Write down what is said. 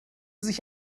sich